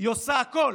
היא עושה הכול